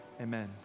Amen